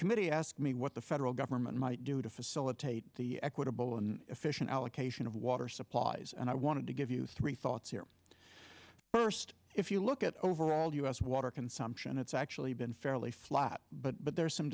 committee asked me what the federal government might do to facilitate the equitable and efficient allocation of water supplies and i wanted to give you three thoughts here first if you look at overall u s water consumption it's actually been fairly flat but there are some